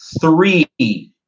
three